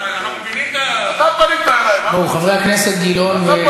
אילן גילאון.